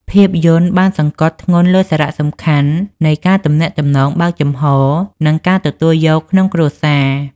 ភាពយន្តបានសង្កត់ធ្ងន់លើសារៈសំខាន់នៃការទំនាក់ទំនងបើកចំហ និងការទទួលយកក្នុងគ្រួសារ។